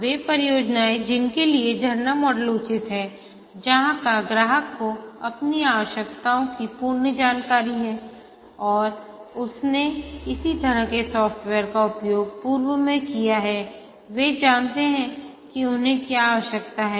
वे परियोजनाएं जिनके लिए झरना मॉडल उचित हैजहां का ग्राहक को अपनी आवश्यकताओं की पूर्ण जानकारी है और उसने इसी तरह के सॉफ्टवेयर का उपयोग पूर्व में किया है वे जानते हैं कि उन्हें क्या आवश्यकता है